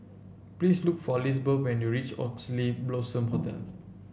please look for Lizbeth when you reach Oxley Blossom Hotel